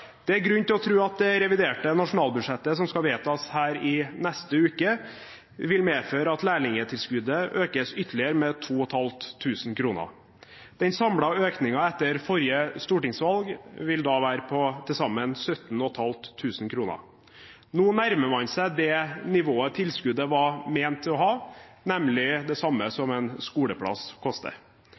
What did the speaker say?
Det er grunn til å tro at det reviderte nasjonalbudsjettet som skal vedtas her i neste uke, vil medføre at lærlingtilskuddet økes ytterligere, med 2 500 kr. Den samlede økningen etter forrige stortingsvalg vil da være på til sammen 17 500 kr. Nå nærmer man seg det nivået tilskuddet var ment å ha, nemlig det samme som en skoleplass koster.